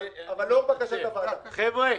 אבל לאור בקשת הוועדה --- חבר'ה,